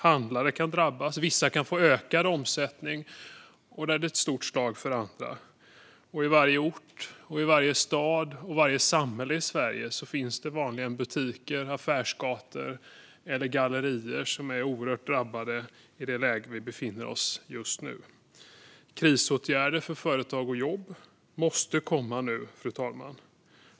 Handlare kan drabbas. Vissa kan få ökad omsättning, medan det är ett stort slag för andra. Och på varje ort, i varje stad och i varje samhälle i Sverige finns vanligen butiker, affärsgator eller gallerior som är oerhört drabbade i det läge vi befinner oss i just nu. Krisåtgärder för företag och jobb måste komma nu, fru talman.